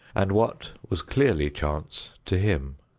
and what was clearly chance to him.